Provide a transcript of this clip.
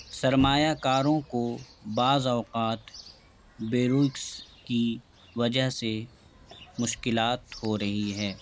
سرمایہ کاروں کو بعض اوقات بیروکس کی وجہ سے مشکلات ہو رہی ہے